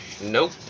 Nope